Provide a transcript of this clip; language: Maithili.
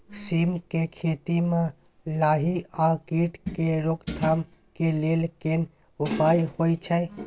सीम के खेती म लाही आ कीट के रोक थाम के लेल केना उपाय होय छै?